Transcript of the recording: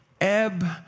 Ebb